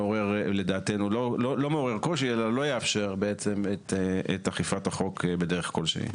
לא יאפשר בעצם את אכיפת החוק בדרך כלשהי.